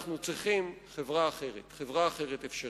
אנחנו צריכים חברה אחרת, חברה אחרת אפשרית.